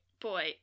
Boy